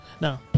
No